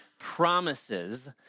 promises